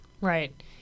Right